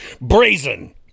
brazen